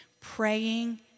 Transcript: Praying